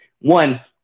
one